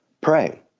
pray